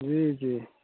जी जी